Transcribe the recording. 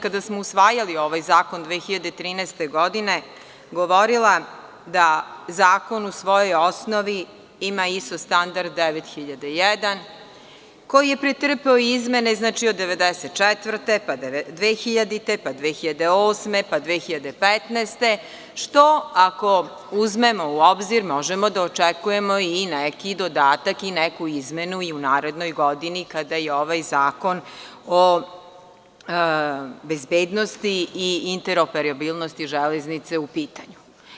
Kada smo i usvajali ovaj zakon 2013. godine, ja sam govorila da zakon u svojoj osnovi ima ISO standard 9001, koji je pretrpeo izmene od 1994, pa 2000, pa 2008, pa 2015, godine, što, ako uzmemo u obzir, možemo da očekujemo i neki dodatak i neku izmenu i u narednoj godini kada je ovaj Zakon o bezbednosti i interoperabilnosti železnice u pitanju.